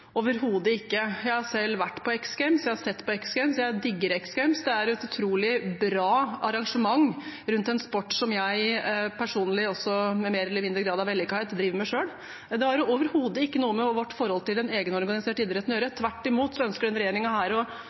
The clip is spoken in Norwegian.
overhodet ikke. Jeg har selv vært på X Games, jeg har sett på X Games, og jeg digger X Games. Det er et utrolig bra arrangement rundt en sport som jeg personlig, i mer eller mindre grad av vellykkethet, driver med selv. Det har overhodet ikke noe med vårt forhold til den egenorganiserte idretten å gjøre. Tvert imot ønsker denne regjeringen å styrke rammene for den